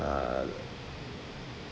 uh